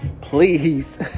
Please